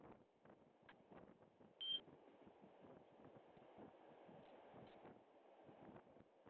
sir நாங்கள் க்ளீனாக பண்ணி கொடுத்துருவோம் சார் நீங்கள் சொல்கிற மாதிரி நாங்கள் சுத்தம் பண்ணிடுறோம் நீங்கள் சொல்கிற மாரி எல்லா வேலையும் நாங்கள் செஞ்சு செஞ்சு முடித்து கொடுத்துட்றோம் சார்